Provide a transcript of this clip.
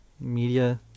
media